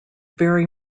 very